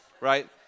right